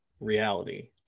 reality